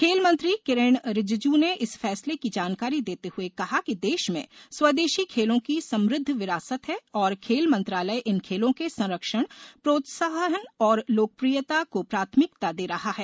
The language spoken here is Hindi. खेल मंत्री किरेन रिजिजू ने इस फैसले की जानकारी देते हुए कहा कि देश में स्वादेशी खेलों की समृद्ध विरासत है और खेल मंत्रालय इन खेलों के संरक्षण प्रोत्साकहन और लोकप्रियता को प्राथमिकता दे रहा है